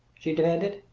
she demanded.